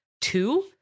two